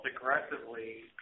aggressively